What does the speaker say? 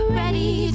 ready